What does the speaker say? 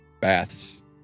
baths